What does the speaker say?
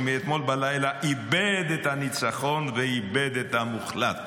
שמאתמול בלילה איבד את הניצחון ואיבד את המוחלט.